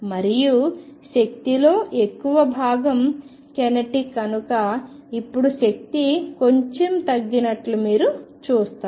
మరియు శక్తిలో ఎక్కువ భాగం కైనెటిక్ కనుక ఇప్పుడు శక్తి కొంచెం తగ్గినట్లు మీరు చూస్తారు